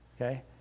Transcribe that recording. okay